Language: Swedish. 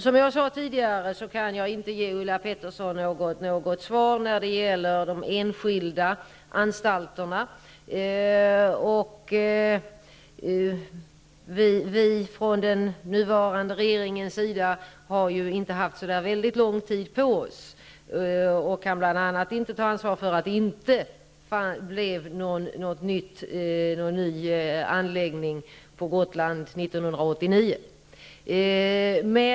Som jag sade tidigare kan jag inte ge Ulla Pettersson något svar på hennes fråga om de enskilda anstalterna. Vi i den nuvarande regeringen har ju inte haft så väldigt lång tid på oss, och vi kan bl.a. inte ta ansvar för att det inte blev någon ny anläggning på Gotland 1989.